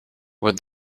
would